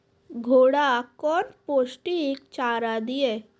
घोड़ा कौन पोस्टिक चारा दिए?